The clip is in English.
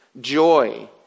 joy